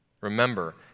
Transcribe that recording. Remember